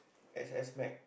X_S max